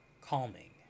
calming